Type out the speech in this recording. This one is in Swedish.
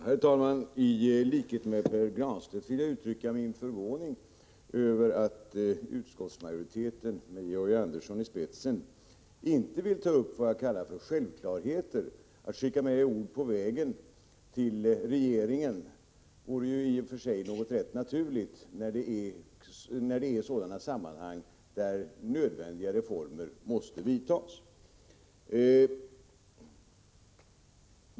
Herr talman! I likhet med Pär Granstedt vill jag uttrycka min förvåning över att utskottsmajoriteten med Georg Andersson i spetsen inte vill ta upp vad jag kallar för självklarheter, nämligen att riksdagen kan skicka med ord på vägen till regeringen. Det vore i och för sig något rätt naturligt i sådana sammanhang där nödvändiga reformer måste vidtas.